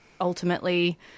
ultimately